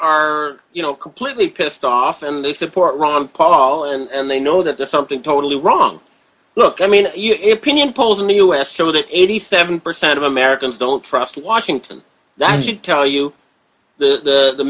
are you know completely pissed off and they support ron paul and they know that there's something totally wrong look i mean if pinion polls in the u s so that eighty seven percent of americans don't trust washington that should tell you the the